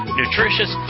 nutritious